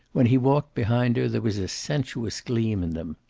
when he walked behind her there was a sensuous gleam in them.